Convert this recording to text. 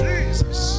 Jesus